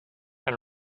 and